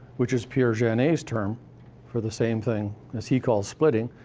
which is pierre janet's term for the same thing as he calls splitting,